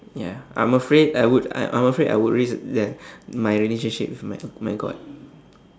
ya I'm afraid I would I I'm afraid I would risk the my relationship with my my god